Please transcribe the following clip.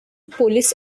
police